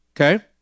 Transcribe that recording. Okay